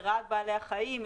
לרעת בעלי החיים,